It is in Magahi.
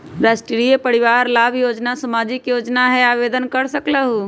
राष्ट्रीय परिवार लाभ योजना सामाजिक योजना है आवेदन कर सकलहु?